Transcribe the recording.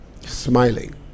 smiling